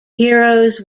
heroes